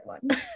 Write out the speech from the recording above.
one